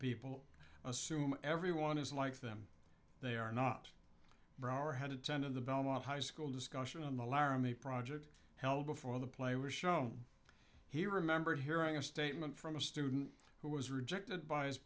people assume everyone is like them they are not brower had attended the belmont high school discussion on the laramie project held before the play were shown he remembered hearing a statement from a student who was rejected by his